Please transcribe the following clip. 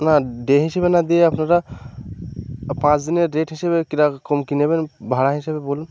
না ডে হিসেবে না দিয়ে আপনারা পাঁচদিনের রেট হিসেবে কীরকম কী নেবেন ভাড়া হিসেবে বলুন